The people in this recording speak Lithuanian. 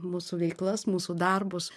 mūsų veiklas mūsų darbus